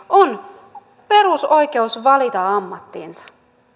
on perusoikeus valita ammattinsa